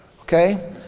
okay